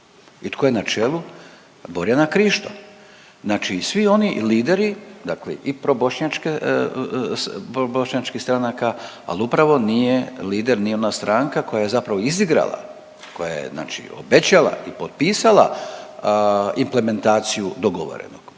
i to je na čelu? Borjana Krišto. Znači svi oni lideri dakle i probošnjačke, probošnjačkih stranaka ali upravo nije lider, nije ona stranka koja je zapravo izigrala koja je znači obećala i potpisala implementaciju dogovorenog.